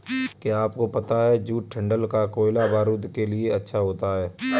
क्या आपको पता है जूट डंठल का कोयला बारूद के लिए अच्छा होता है